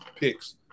picks